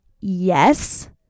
yes